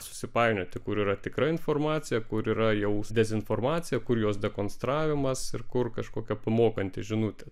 susipainioti kur yra tikra informacija kur yra jau dezinformacija kur jos dekonstravimas ir kur kažkokia pamokanti žinutė